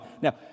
Now